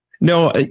No